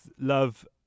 love